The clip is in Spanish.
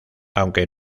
aunque